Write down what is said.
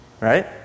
Right